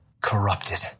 corrupted